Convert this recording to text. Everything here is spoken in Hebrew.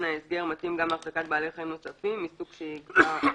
ההסגר מתאים גם להחזקת בעלי חיים נוספים מסוג שיקבע באישור."